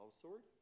sword